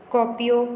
scorpio